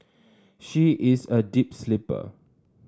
she is a deep sleeper